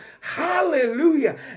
hallelujah